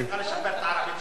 את צריכה לשפר את הערבית שלך.